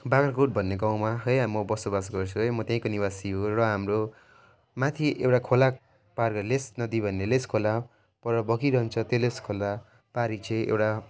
बाग्राकोट भन्ने गाउँमा है अब म बसोबास गर्छु है म त्यहीँको निवासी हो र हाम्रो माथि एउटा खोला पा लिस नदी भन्ने लिस खोला पर बगिरहन्छ त्यो लिस खोलापारि चाहिँ एउटा